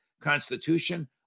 Constitution